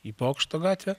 į bokšto gatvę